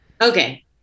Okay